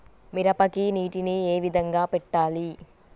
మిరపకి నీటిని ఏ విధంగా పెట్టాలి?